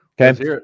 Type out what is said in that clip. Okay